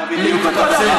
אתה אומר בדיוק אותו דבר.